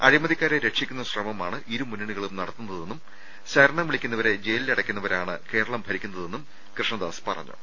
അഴിമതിക്കാരെ രക്ഷിക്കുന്ന ശ്രമ മാണ് ഇരു മുന്നണികളും നടത്തുന്നതെന്നും ശരണം വിളിക്കുന്നവരെ ജയി ലിൽ അടയ്ക്കുന്നവരാണ് കേരളം ഭരിക്കുന്നതെന്നും കൃഷ്ണദാസ് പറഞ്ഞു